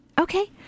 Okay